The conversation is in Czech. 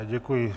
Děkuji.